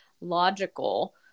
logical